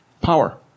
power